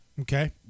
okay